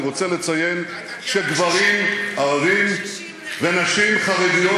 אני רוצה לציין שגברים ערבים ונשים חרדיות